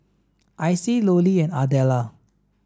Icey Lollie and Adella